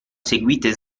seguite